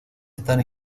están